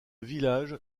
village